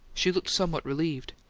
she looked somewhat relieved.